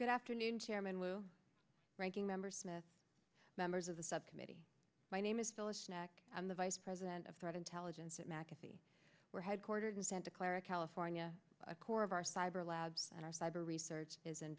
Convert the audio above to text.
good afternoon chairman will ranking members the members of the subcommittee my name is still a snack i'm the vice president of threat intelligence at mcafee we're headquartered in santa clara california a core of our cyber labs our cyber research is